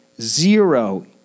zero